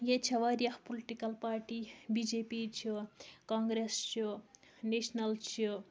ییٚتہِ چھےٚ واریاہ political party B J P چھِ کانٛگرٮ۪س چھِ نیشنَل چھِ